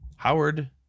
Howard